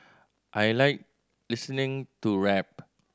I like listening to rap